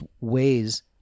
ways